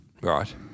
Right